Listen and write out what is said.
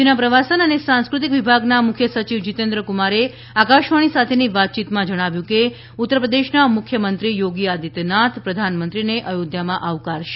રાજ્યના પ્રવાસન અને સાંસ્કૃતિક વિભાગના મુખ્ય સચિવ જીતેન્દ્ર કુમારે આકાશવાણી સાથેની વાતચીતમાં જણાવ્યું હતું કે ઉત્તરપ્રદેશના મુખ્યમંત્રી યોગી આદિત્યનાથ પ્રધાનમંત્રીને અયોધ્યામાં આવકારશે